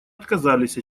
отказались